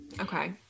Okay